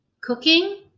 cooking